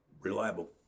reliable